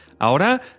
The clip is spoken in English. Ahora